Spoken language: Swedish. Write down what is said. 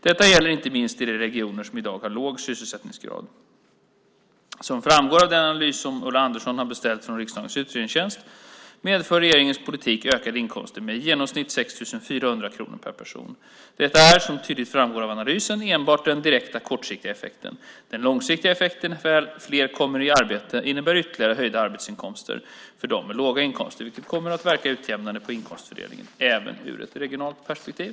Detta gäller inte minst i de regioner som i dag har en låg sysselsättningsgrad. Som framgår av den analys som Ulla Andersson har beställt från riksdagens utredningstjänst medför regeringens politik ökade inkomster med i genomsnitt 6 400 kronor per person. Detta är, som tydligt framgår av analysen, enbart den direkta kortsiktiga effekten. Den långsiktiga effekten, när väl fler kommer i arbete, innebär ytterligare höjda arbetsinkomster för dem med låga inkomster, vilket kommer att verka utjämnande på inkomstfördelningen även ur ett regionalt perspektiv.